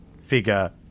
figure